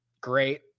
Great